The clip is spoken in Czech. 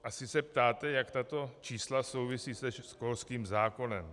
Asi se ptáte, jak tato čísla souvisí se školským zákonem.